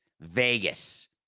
Vegas